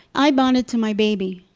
i bonded to my baby.